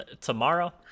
tomorrow